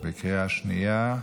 בקריאה שנייה?